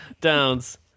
downs